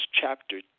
chapter